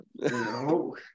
No